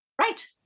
right